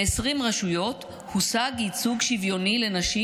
ב-20 רשויות הושג ייצוג שוויוני לנשים